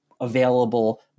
available